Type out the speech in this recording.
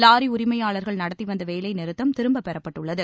lorry உரிமையாளர்கள் நடத்தி வந்த வேலைநிறுத்தம் திரும்பப் பெறப்பட்டுள்ளது